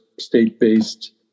state-based